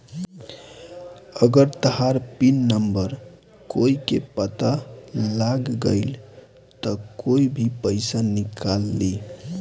अगर तहार pin number कोई के पता लाग गइल त कोई भी पइसा निकाल ली